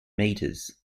meters